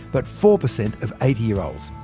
but four percent of eighty year olds.